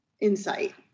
insight